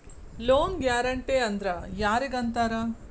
Loan guarantee ಅಂದ್ರ್ ಯಾರಿಗ್ ಅಂತಾರ?